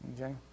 okay